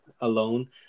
alone